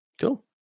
Cool